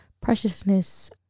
preciousness